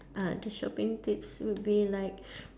ah the shopping tips would be like